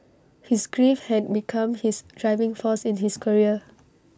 his grief had become his driving force in his career